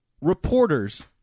Reporters